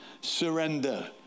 surrender